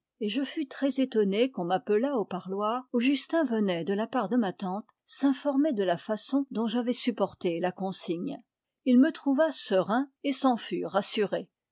et je fus très étonné qu'on m'appelât au parloir où justin venait de la part de ma tante s'informer de la façon dont j'avais supporté la consigne il me trouva serein et s'en fut rassuré